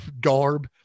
garb